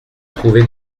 trouvés